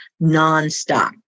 nonstop